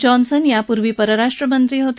Johnson यापूर्वी परराष्ट्र मंत्री होते